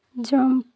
jump